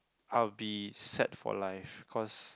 I'll be set for life cause